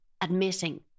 admitting